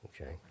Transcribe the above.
Okay